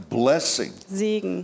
blessing